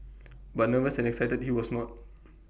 but nervous and excited he was not